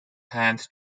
hands